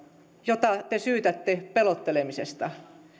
jota te syytätte pelottelemisesta